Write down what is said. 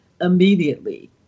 immediately